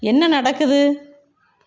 என்ன நடக்குது